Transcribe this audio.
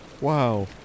Wow